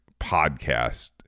podcast